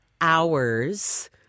hours